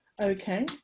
Okay